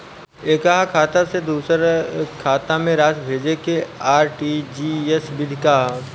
एकह खाता से दूसर खाता में राशि भेजेके आर.टी.जी.एस विधि का ह?